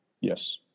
Yes